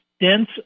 dense